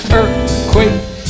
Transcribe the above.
earthquake